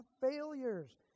failures